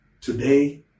today